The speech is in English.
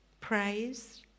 praise